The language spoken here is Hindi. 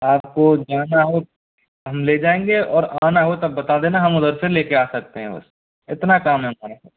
आप को जाना हो हम ले जाएंगे और आना हो तब बता देना हम उधर से ले कर आ सकते हैं बस इतना काम है हमारा सर